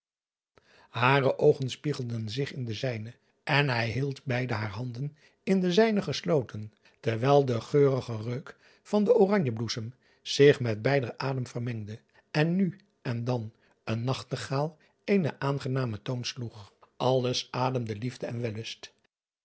are oogen spiegelden zich in de zijne en hij hield beide hare handen in de zijne gesloten terwijl de geurige reuk van den oranjebloesem zich met beider adem vermengde en nu en dan een nachtegaal eenen aangenamen toon sloeg lles ademde liefde en